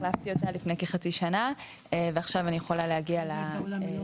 החלפתי אותה לפני כחצי שנה ועכשיו אני יכולה להגיע לכנסת,